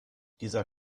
dieser